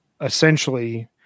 essentially